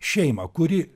šeimą kuri